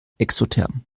exotherm